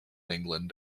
england